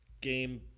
game